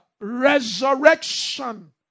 resurrection